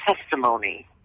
testimony